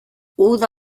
uda